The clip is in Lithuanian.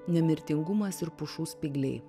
nemirtingumas ir pušų spygliai